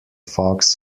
fox